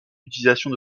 l’utilisation